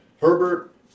Herbert